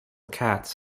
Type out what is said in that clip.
cats